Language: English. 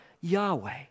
Yahweh